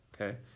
Okay